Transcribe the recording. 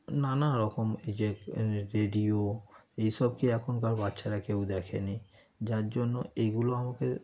নানা রকম এই যে রেডিও এইসব কি এখনকার বাচ্চারা কেউ দেখেনি যার জন্য এইগুলো আমাকে